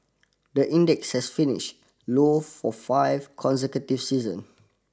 the index has finished low for five consecutive session